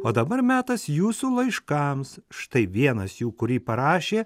o dabar metas jūsų laiškams štai vienas jų kurį parašė